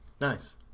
nice